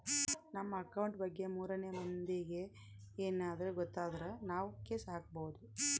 ನಮ್ ಅಕೌಂಟ್ ಬಗ್ಗೆ ಮೂರನೆ ಮಂದಿಗೆ ಯೆನದ್ರ ಗೊತ್ತಾದ್ರ ನಾವ್ ಕೇಸ್ ಹಾಕ್ಬೊದು